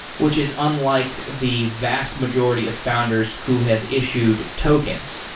which is unlike the vast majority of founders who have issued tokens,